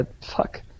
Fuck